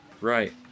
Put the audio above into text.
Right